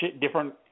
different